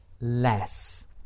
less